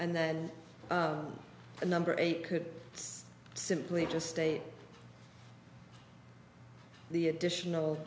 and then the number eight could simply just state the additional